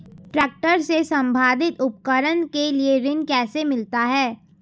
Tractor से संबंधित उपकरण के लिए ऋण कैसे मिलता है?